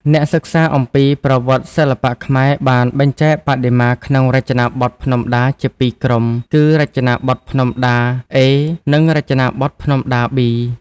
អ្នកសិក្សាអំពីប្រវត្តិសិល្បៈខ្មែរបានបែងចែកបដិមាក្នុងរចនាបថភ្នំដាជាពីរក្រុមគឺ រចនាបថភ្នំដា-A និង រចនាបថភ្នំដា-B។